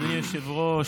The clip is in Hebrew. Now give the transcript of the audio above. אדוני היושב-ראש,